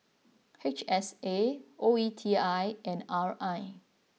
H S A O E T I and R I